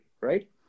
right